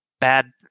bad